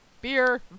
Beer